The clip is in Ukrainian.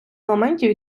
елементів